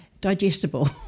digestible